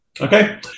Okay